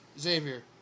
Xavier